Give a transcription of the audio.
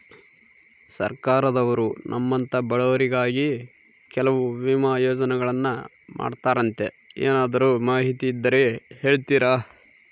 ಸರ್ಕಾರದವರು ನಮ್ಮಂಥ ಬಡವರಿಗಾಗಿ ಕೆಲವು ವಿಮಾ ಯೋಜನೆಗಳನ್ನ ಮಾಡ್ತಾರಂತೆ ಏನಾದರೂ ಮಾಹಿತಿ ಇದ್ದರೆ ಹೇಳ್ತೇರಾ?